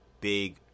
big